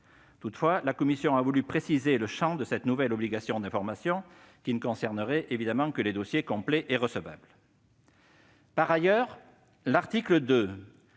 Toutefois, la commission a voulu préciser le champ de cette nouvelle obligation d'information, qui ne concernerait évidemment que les dossiers complets et recevables. Par ailleurs, l'article 2